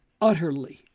utterly